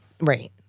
Right